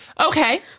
Okay